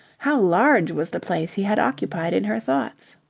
how large was the place he had occupied in her thoughts.